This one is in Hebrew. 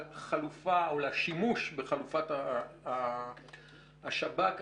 על שימוש בחלופת השב"כ,